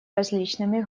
различными